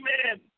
amen